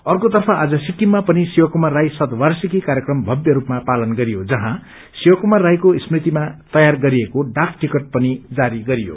अर्कोतर्फ आज सिक्किममा पनि शिव कुमार राई शतवार्षिकी कार्यक्रम भव्य रूपमा पालन गरियो जहाँ शिव कुमार राईको स्मृतिमा तयार गरिएको डाक टिकट पनि जारी गरियो